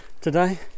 today